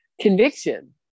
conviction